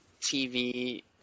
TV